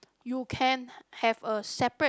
you can have a separate